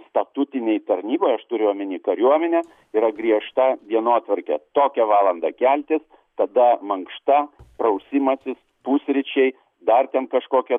statutinėj tarnyboj aš turiu omeny kariuomenę tai yra griežta dienotvarkė tokią valandą keltis tada mankšta prausimasis pusryčiai dar ten kažkokie